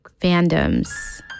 fandoms